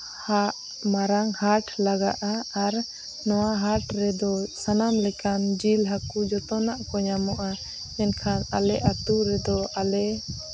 ᱦᱟᱴ ᱢᱟᱨᱟᱝ ᱦᱟᱴ ᱞᱟᱜᱟᱜᱼᱟ ᱟᱨ ᱱᱚᱣᱟ ᱦᱟᱴ ᱨᱮᱫᱚ ᱥᱟᱱᱟᱢ ᱞᱮᱠᱟᱱ ᱡᱤᱞ ᱦᱟᱹᱠᱩ ᱡᱚᱛᱚᱱᱟᱜ ᱠᱚ ᱧᱟᱢᱚᱜᱼᱟ ᱢᱮᱱᱠᱷᱟᱱ ᱟᱞᱮ ᱟᱛᱳ ᱨᱮᱫᱚ ᱟᱞᱮ